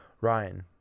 Ryan